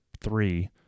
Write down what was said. three